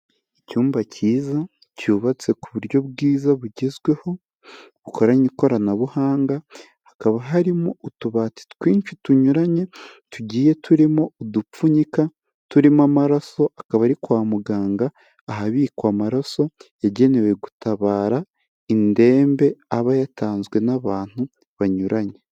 Icyumba cyiza, cyubatse ku buryo bwiza bugezweho, bukoranye ikoranabuhanga, hakaba harimo utubati twinshi tunyuranye, tugiye turimo udupfunyika, turimo amaraso, akaba ari kwa muganga ahabikwa amaraso yagenewe gutabara indembe, aba yatanzwe n'abantu banyuranye.